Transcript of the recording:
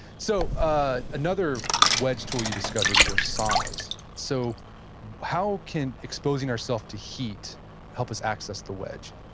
so ah another wedge tool you discovered were saunas. so how can exposing ourself to heat help us access the wedge?